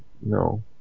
No